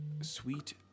sweet